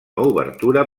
obertura